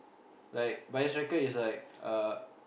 like bias wrecker is like uh